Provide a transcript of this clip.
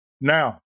Now